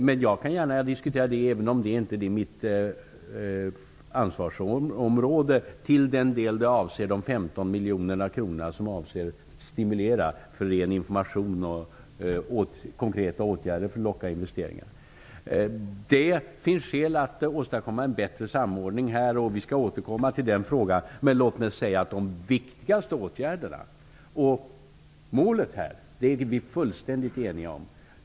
Men jag kan gärna diskutera dem -- även om det inte är mitt ansvarsområde -- till den del det avser de 15 miljoner kronor som är avsedda att stimulera ren information och konkreta åtgärder för att locka investeringar. Det finns skäl att åstadkomma en bättre samordning på detta område. Vi skall återkomma till den frågan. Men de viktigaste åtgärderna och målet är vi fullständigt eniga om.